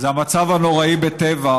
זה המצב הנוראי בטבע,